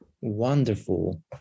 Wonderful